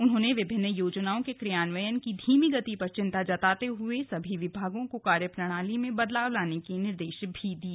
उन्होंने विभिन्न योजनाओं के क्रियान्वयन की धीमी गति पर चिन्ता जताते हुए सभी विभागों को कार्यप्रणाली में बदलाव लाने के निर्देश भी दिए